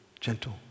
gentle